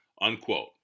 unquote